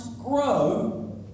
grow